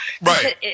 Right